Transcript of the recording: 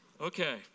Okay